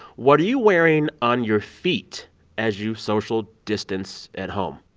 what are you wearing on your feet as you social distance at home?